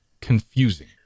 confusing